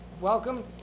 welcome